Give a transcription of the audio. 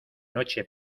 noche